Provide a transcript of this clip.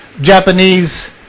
Japanese